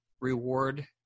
reward